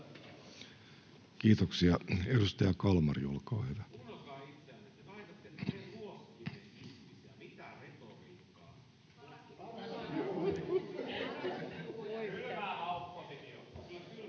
Kiitoksia. — Edustaja Kalmari, olkaa hyvä.